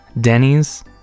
denny's